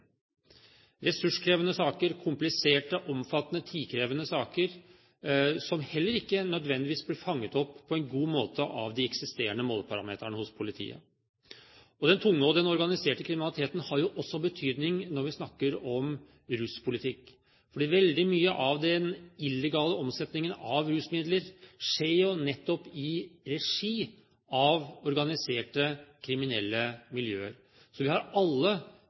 ressurskrevende saker, kompliserte, omfattende og tidkrevende saker, som heller ikke nødvendigvis blir fanget opp på en god måte av de eksisterende måleparametrene hos politiet. Den tunge og organiserte kriminaliteten har jo også betydning når vi snakker om ruspolitikk, for veldig mye av den illegale omsetningen av rusmidler skjer nettopp i regi av organiserte kriminelle miljøer. Så vi har alle,